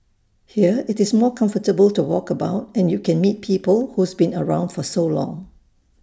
here IT is more comfortable to walk about and you can meet people who's been around for so long